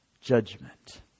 judgment